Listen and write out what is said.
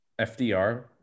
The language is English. FDR